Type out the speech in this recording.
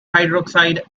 hydroxide